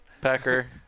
Pecker